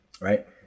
right